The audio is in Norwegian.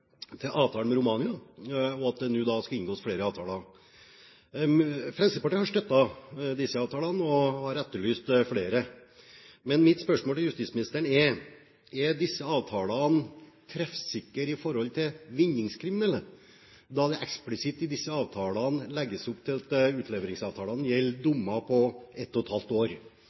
at det nå skal inngås flere avtaler. Fremskrittspartiet har støttet disse avtalene, og har etterlyst flere. Men mitt spørsmål til justisministeren er: Er disse avtalene treffsikre i forhold til vinningskriminelle, da det eksplisitt i disse avtalene legges opp til at utleveringsavtalene gjelder dommer på over ett og et halvt år?